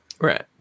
right